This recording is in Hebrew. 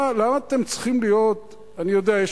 אני יודע,